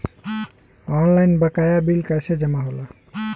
Online बकाया bill कैसे जमा होला?